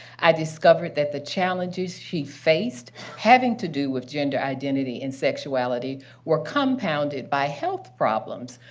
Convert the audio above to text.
i discovered that the challenges she faced having to do with gender identity and sexuality were compounded by health problems,